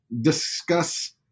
discuss